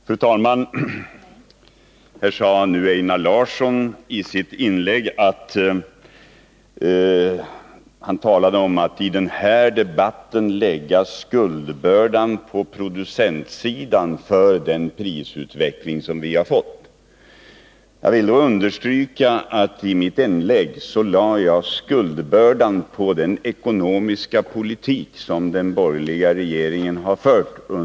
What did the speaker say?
Fru talman! Einar Larsson sade i sitt inlägg att man i den här debatten inte skulle lägga skuldbördan på producentsidan för den prisutveckling som vi har fått. Jag vill understryka att jag i mitt inlägg lade skuldbördan på den ekonomiska politik som de borgerliga regeringarna har fört.